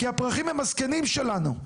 כי הפרחים הם הזקנים שלנו,